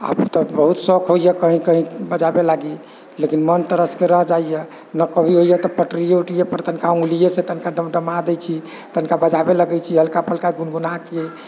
आब तऽ बहुत शौक होइए कहीं कहीं बजाबै लागी लेकिन मन तरसके रह जाइए नहि कभी होइए तऽ पटरियै वटरियैपर तनिका उंगलियेसँ तनिका डम डमा दै छी तनिका बजाबै लगै छी हल्का फल्का गुनगुनाके